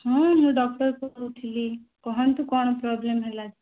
ହୁଁ ମୁଁ ଡକ୍ଟର୍ କହୁଥିଲି କହନ୍ତୁ କ'ଣ ପ୍ରୋବ୍ଲେମ୍ ହେଲା